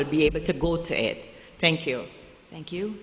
would be able to go to it thank you thank